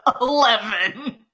Eleven